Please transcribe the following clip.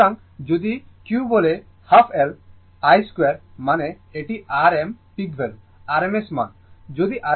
সুতরাং যদি কেউ বলে হাফ L I 2 মানে এটি R m peak value rms মান নয়